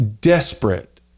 desperate